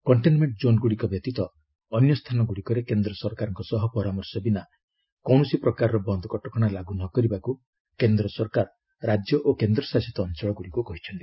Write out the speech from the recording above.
containment ଜୋନ୍ଗୁଡ଼ିକ ବ୍ୟତୀତ ଅନ୍ୟ ସ୍ଥାନ ଗୁଡ଼ିକରେ କେନ୍ଦ୍ର ସରକାରଙ୍କ ସହ ପରାମର୍ଶ ବିନା କୌଣସି ପ୍ରକାରର ବନ୍ଦ କଟକଣା ଲାଗୁ ନକରିବାକୁ କେନ୍ଦ୍ର ସରକାର ରାଜ୍ୟ ଓ କେନ୍ଦ୍ରଶାସିତ ଅଞ୍ଚଳଗ୍ରଡ଼ିକ୍ କହିଛନ୍ତି